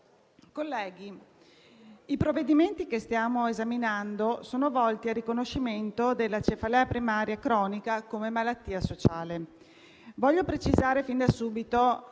colleghi, i provvedimenti che stiamo esaminando sono volti al riconoscimento della cefalea primaria cronica come malattia sociale. Voglio precisare fin da subito